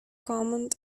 command